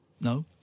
No